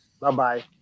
Bye-bye